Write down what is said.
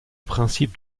principe